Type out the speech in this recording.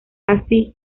así